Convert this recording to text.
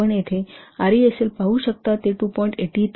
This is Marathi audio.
आपण येथे आरईएसएल पाहू शकता ते 2